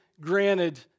granted